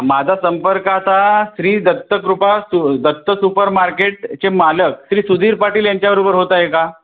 माझा संपर्क आता श्री दत्त्तकृपा दत्त्त सुपर मार्केट चे मालक श्री सुधीर पाटील यांच्याबरोबर होत आहे का